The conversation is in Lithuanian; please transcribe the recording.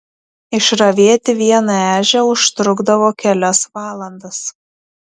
išravėti vieną ežią užtrukdavo kelias valandas